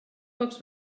pocs